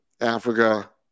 africa